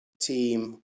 team